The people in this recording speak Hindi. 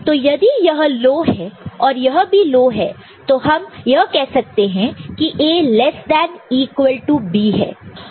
तो यदि यह लो हैं और यह भी लो है तो हम कह सकते हैं की A less than equal to B है